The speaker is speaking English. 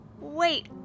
wait